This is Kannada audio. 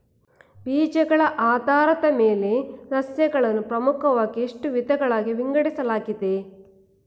ಬೀಜಗಳ ಆಧಾರದ ಮೇಲೆ ಸಸ್ಯಗಳನ್ನು ಪ್ರಮುಖವಾಗಿ ಎಷ್ಟು ವಿಧಗಳಾಗಿ ವಿಂಗಡಿಸಲಾಗಿದೆ?